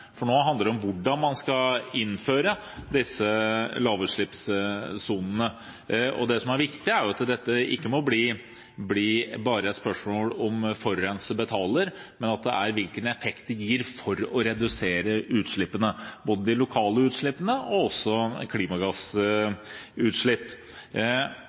for nå handler det om hvordan man skal innføre disse lavutslippssonene. Det som er viktig, er at det ikke bare må bli spørsmål om hvorvidt forurenser betaler, men om hvilken effekt det gir for å redusere utslippene, både de lokale utslippene og klimagassutslipp.